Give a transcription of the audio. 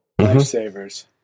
Lifesavers